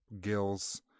gills